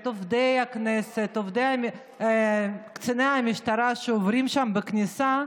הכנסת, קציני המשטרה שעוברים שם בכניסה,